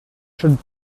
should